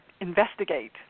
investigate